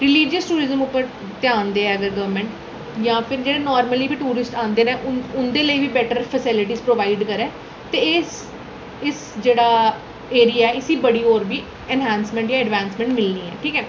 religious tourism उप्पर ध्यान देऐ अगर गौरमैंट जां फिर जेह्ड़े नार्मली बी टूरिस्ट औंदे न उंदे लेई बी बैटर फैसिलिटियां प्रोवाइड करै ते एह् इस जेह्ड़ा एरिया इसी बड़ी होर बी इनहैंसमैंट जां ऐडवैंसमैंट मिलनी ऐ ठीक ऐ